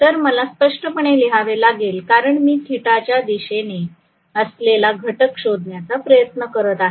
तर मला स्पष्टपणे लिहावे लागेल कारण मी θ च्या दिशेने असलेला घटक शोधण्याचा प्रयत्न करत आहे